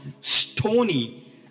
stony